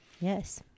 yes